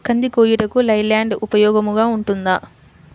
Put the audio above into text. కంది కోయుటకు లై ల్యాండ్ ఉపయోగముగా ఉంటుందా?